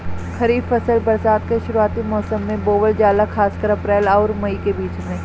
खरीफ फसल बरसात के शुरूआती मौसम में बोवल जाला खासकर अप्रैल आउर मई के बीच में